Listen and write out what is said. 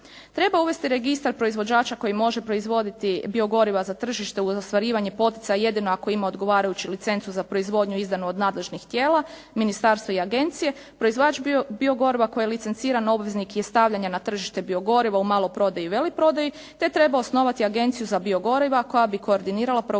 Treba uvesti registar proizvođača koji može proizvoditi biogoriva za tržište uz ostvarivanje poticaja jedino ako ima odgovarajuću licencu za proizvodnju izdanu od nadležnih tijela, ministarstva i agencije proizvođač bio goriva koji je licencirani obveznik je stavljen na tržište biogoriva u maloprodaji i veleprodaji, te treba osnovati Agenciju za biogoriva koja bi koordinirala provođenje